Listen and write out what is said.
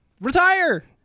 Retire